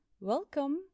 Welcome